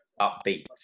upbeat